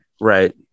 Right